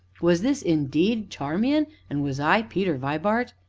was this indeed charmian, and was i peter vibart?